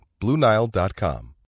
BlueNile.com